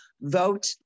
vote